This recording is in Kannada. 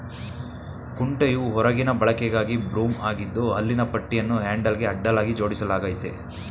ಕುಂಟೆಯು ಹೊರಗಿನ ಬಳಕೆಗಾಗಿ ಬ್ರೂಮ್ ಆಗಿದ್ದು ಹಲ್ಲಿನ ಪಟ್ಟಿಯನ್ನು ಹ್ಯಾಂಡಲ್ಗೆ ಅಡ್ಡಲಾಗಿ ಜೋಡಿಸಲಾಗಯ್ತೆ